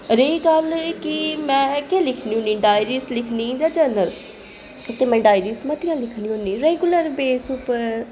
रेही गल्ल कि में केह् लिखनी होन्नी डायरी च लिखनी होन्नी जां जर्नल ते में डायरियां मतियां लिखनी होन्नी रैगुलर बेस उप्पर